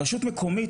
רשות מקומית,